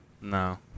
No